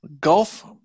golf